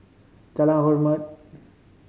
Jalan Hormat